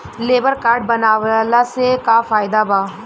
Labour card बनवाला से का फायदा बा?